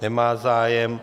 Nemá zájem.